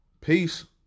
Peace